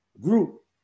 group